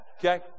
Okay